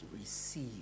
receive